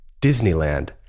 Disneyland